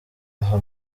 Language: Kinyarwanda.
aha